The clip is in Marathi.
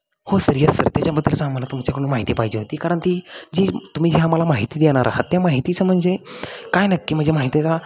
हो सर यस सर त्याच्याबद्दलच आम्हाला तुमच्याकडून माहिती पाहिजे होती कारण ती जी तुम्ही जी आम्हाला माहिती देणार आहात त्या माहितीचं म्हणजे काय नक्की म्हणजे माहितीचा